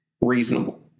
reasonable